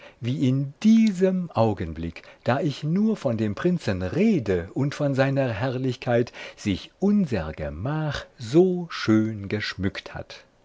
wie in diesem augenblick da ich nur von dem prinzen rede und von seiner herrlichkeit sich unser gemach so schön geschmückt hat